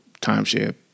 timeshare